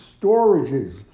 storages